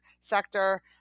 sector